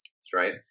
Stripe